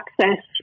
access